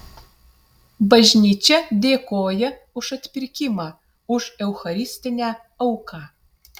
bažnyčia dėkoja už atpirkimą už eucharistinę auką